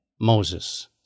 Moses